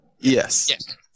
Yes